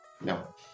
no